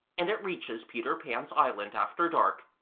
and it reaches peter pan's island after dark.